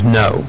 no